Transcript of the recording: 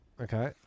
Okay